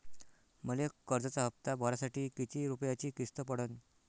मले कर्जाचा हप्ता भरासाठी किती रूपयाची किस्त पडन?